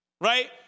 right